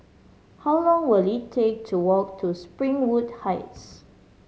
how long will it take to walk to Springwood Heights